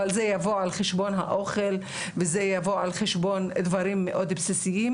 אבל זה יבוא על חשבון האוכל וזה יבוא על חשבון דברים מאוד בסיסיים,